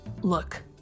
look